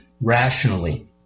rationally